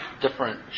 different